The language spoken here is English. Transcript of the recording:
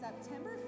September